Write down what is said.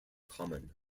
common